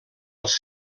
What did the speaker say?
els